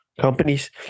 companies